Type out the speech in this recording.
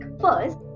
first